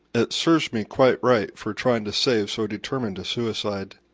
it serves me quite right for trying to save so determined a suicide.